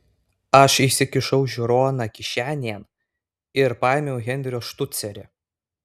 aš įsikišau žiūroną kišenėn ir paėmiau henrio štucerį